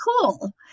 cool